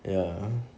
ya